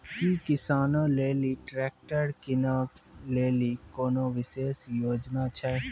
कि किसानो लेली ट्रैक्टर किनै लेली कोनो विशेष योजना छै?